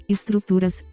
Estruturas